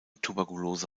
tuberkulose